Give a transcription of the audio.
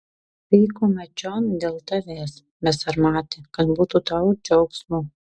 vykome čion dėl tavęs besarmati kad būtų tau džiaugsmo